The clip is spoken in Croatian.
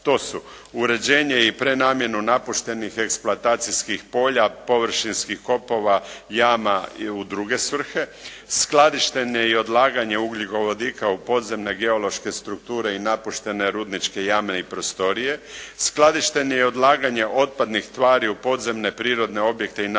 To su uređenje i prenamjenu napuštenih eksploatacijskih polja, površinskih kopova, jama i u druge svrhe, skladištenje i odlaganje ugljikovodika u podzemne geološke strukture i napuštene rudničke jame i prostorije, skladištenje i odlaganje otpadnih tvari u podzemne prirodne objekte i napuštene